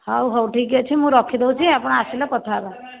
ହଉ ହଉ ଠିକ୍ ଅଛି ମୁଁ ରଖିଦେଉଛି ଆପଣ ଆସିଲେ କଥାହେବା